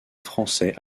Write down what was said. français